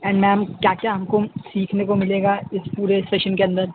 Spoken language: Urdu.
اینڈ میم کیا کیا ہم کو سیکھنے کو مِلے گا اِس پورے سیشن کے اندر